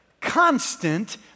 constant